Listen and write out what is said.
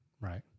Right